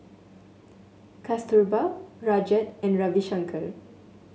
Kasturba Rajat and Ravi Shankar